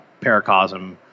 paracosm